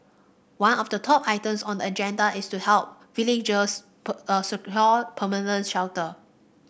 one of the top items on the agenda is to help villagers secure permanent shelter